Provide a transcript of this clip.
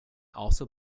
also